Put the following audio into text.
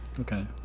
Okay